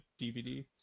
DVD